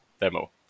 demo